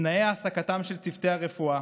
תנאי העסקתם של צוותי הרפואה,